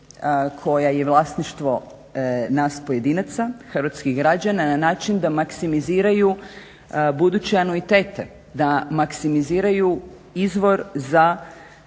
koja je vlasništvo nas pojedinaca hrvatskih građana na način da maksimiziraju buduće anuitete, da maksimiziraju izvor za